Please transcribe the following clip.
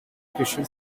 christian